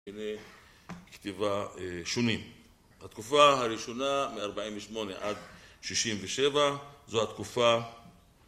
כתיבה שונים, התקופה הראשונה מ-48 עד 67 זו התקופה